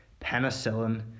penicillin